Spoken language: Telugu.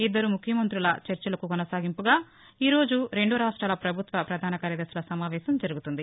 ఇద్దరు ముఖ్యమంత్రుల చర్చలకు కొనసాగింపుగా ఈరోజు రెండు రాష్ట్రాల ప్రభుత్వ ప్రధాన కార్యదర్శుల సమావేశం జరుగుతుంది